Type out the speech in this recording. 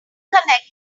connect